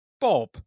bob